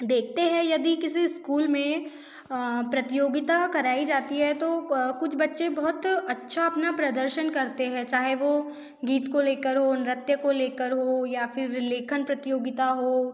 देखते हैं यदि किसी स्कूल में प्रतियोगिता कराई जाती है तो कुछ बच्चे बहुत अच्छा अपना प्रदर्शन करते हैं चाहे वो गीत को ले कर हो नृत्य को ले कर हो या फिर लेखन प्रतियोगिता हो